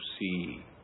see